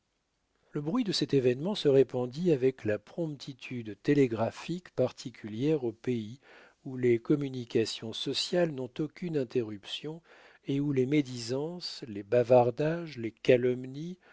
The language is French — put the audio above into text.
le bruit de cet événement se répandit avec la promptitude télégraphique particulière aux pays où les communications sociales n'ont aucune interruption et où les médisances les bavardages les calomnies